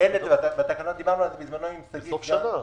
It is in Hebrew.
בסוף שנה.